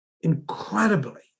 incredibly